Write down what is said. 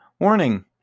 Warning